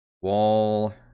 Wall